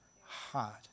heart